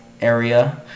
area